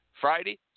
Friday